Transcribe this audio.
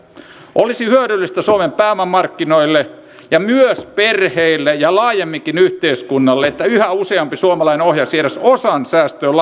olisi hyödyllistä suomen pääomamarkkinoille ja myös perheille ja laajemminkin yhteiskunnalle että yhä useampi suomalainen ohjaisi edes osan säästöön